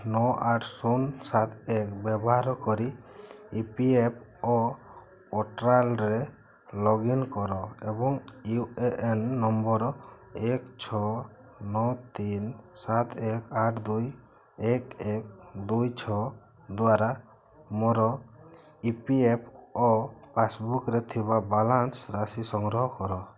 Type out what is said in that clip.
ନଅ ଆଠ ଶୂନ ସାତ ଏକ ବ୍ୟବହାର କରି ଇ ପି ଏଫ୍ ଓ ଓଟ୍ରାଲ୍ରେ ଲଗଇନ୍ କର ଏବଂ ୟୁ ଏ ଏନ୍ ନମ୍ବର୍ ଏକ ଛଅ ନଅ ତିନି ସାତ ଏକ ଆଠ ଦୁଇ ଏକ ଏକ ଦୁଇ ଛଅ ଦ୍ୱାରା ମୋର ଇ ପି ଏଫ୍ ଓ ପାସବୁକ୍ରେ ଥିବା ବାଲାନ୍ସ ରାଶି ସଂଗ୍ରହ କର